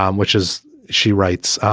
um which is she writes,